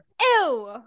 Ew